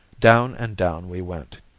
down and down we went,